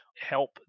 help